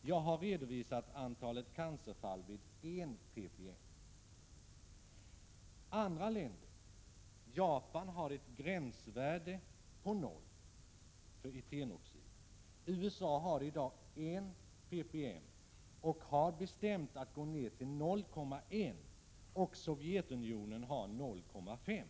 Vad jag har redovisat är antalet cancerfall vid 1 ppm. När det gäller andra länder har t.ex. Japan ett gränsvärde för etenoxid som ligger vid 0 ppm. I USA ligger gränsvärdet i dag vid I ppm, men man har bestämt sig för att minska detta till 0,1. I Sovjetunionen gäller gränsvärdet 0,5.